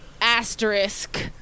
asterisk